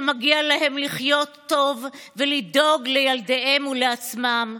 שמגיע להם לחיות טוב ולדאוג לילדיהם ולעצמם,